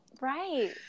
right